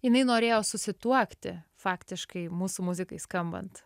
jinai norėjo susituokti faktiškai mūsų muzikai skambant